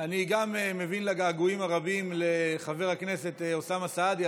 אני גם מבין לגעגועים הרבים לחבר הכנסת אוסאמה סעדי,